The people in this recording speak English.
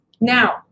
Now